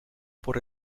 por